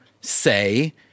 say